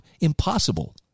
impossible